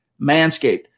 Manscaped